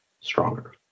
stronger